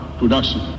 production